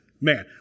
Man